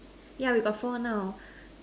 yeah we got four now